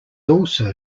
also